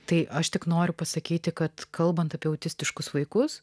tai aš tik noriu pasakyti kad kalbant apie autistiškus vaikus